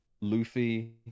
Luffy